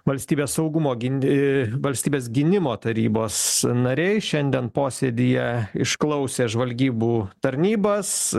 valstybės saugumo gind e valstybės gynimo tarybos nariai šiandien posėdyje išklausė žvalgybų tarnybas